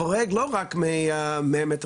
חורג לא רק מה-100 מטר,